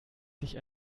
sich